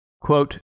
quote